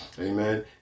Amen